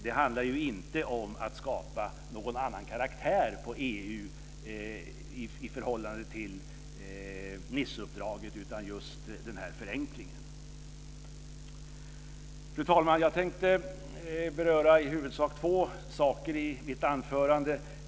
Det handlar ju inte om att skapa en annan karaktär på EU i förhållande till Niceuppdraget, utan det handlar om en förenkling. Fru talman! Jag tänkte beröra i huvudsak två frågor i mitt anförande.